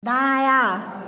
दाँया